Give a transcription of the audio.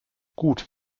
gut